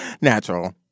natural